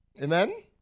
Amen